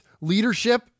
leadership